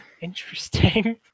Interesting